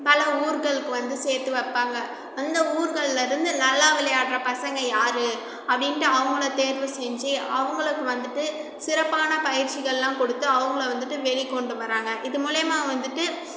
பல ஊர்களுக்கு வந்து சேர்த்து வைப்பாங்க அந்த ஊர்கள்லருந்து நல்லா விளையாடுற பசங்கள் யார் அப்படின்ட்டு அவங்களை தேர்வு செஞ்சு அவங்களுக்கு வந்துட்டு சிறப்பான பயிற்சிகள்லாம் கொடுத்து அவங்கள வந்துட்டு வெளிக்கொண்டு வராங்கள் இது மூலயமா வந்துட்டு